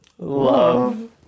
Love